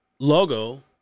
Logo